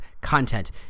Content